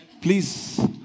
Please